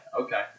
Okay